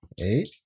Eight